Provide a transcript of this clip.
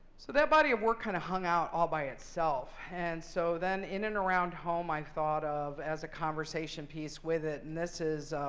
so that body of work kind of hung out all by itself. and so then, in and around home i thought of as a conversation piece with it. and this is